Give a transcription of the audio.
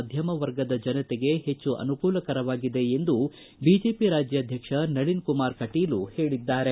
ಮಧ್ಯಮ ವರ್ಗದ ಜನತೆಗೆ ಹೆಚ್ಚು ಅನುಕೂಲಕರವಾಗಿದೆ ಎಂದು ಬಿಜೆಪಿ ರಾಜ್ಯಾಧ್ಯಕ್ಷ ನಳಿನ್ ಕುಮಾರ್ ಕಟೀಲು ಹೇಳಿದ್ದಾರೆ